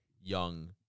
young